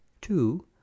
Two